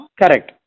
Correct